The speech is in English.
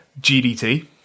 GDT